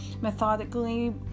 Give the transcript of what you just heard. methodically